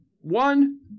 One